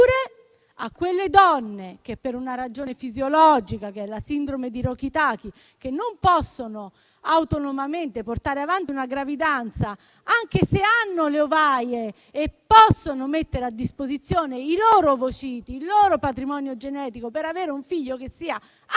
Eppure, a quelle donne che, per una ragione fisiologica, che è la sindrome di Rokitansky, non possono autonomamente portare avanti una gravidanza, anche se hanno le ovaie, ma possono mettere a disposizione i loro ovociti, il loro patrimonio genetico per avere un figlio, che sia anche